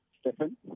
Stefan